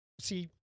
see